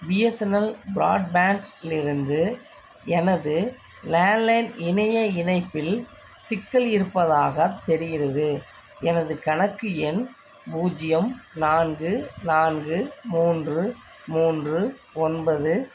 BSNL ப்ராட்பேண்ட்லிருந்து எனது landline இணைய இணைப்பில் சிக்கல் இருப்பதாகத் தெரிகின்றது எனது கணக்கு எண் பூஜ்ஜியம் நான்கு நான்கு மூன்று மூன்று ஒன்பது